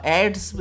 ads